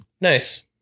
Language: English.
Nice